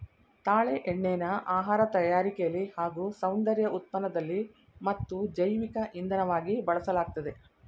ತಾಳೆ ಎಣ್ಣೆನ ಆಹಾರ ತಯಾರಿಕೆಲಿ ಹಾಗೂ ಸೌಂದರ್ಯ ಉತ್ಪನ್ನದಲ್ಲಿ ಮತ್ತು ಜೈವಿಕ ಇಂಧನವಾಗಿ ಬಳಸಲಾಗ್ತದೆ